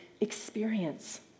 experience